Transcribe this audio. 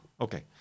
okay